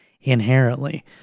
inherently